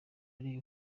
ari